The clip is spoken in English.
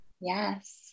yes